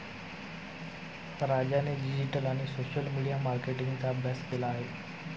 राजाने डिजिटल आणि social media मार्केटिंगचा अभ्यास केला आहे